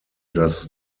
das